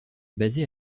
basée